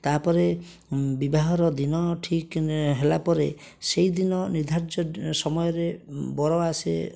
ତା'ପରେ ବିବାହର ଦିନ ଠିକ୍ ହେଲାପରେ ସେଇଦିନ ନିର୍ଦ୍ଧାଯ୍ୟ ସମୟରେ ବର ଆସେ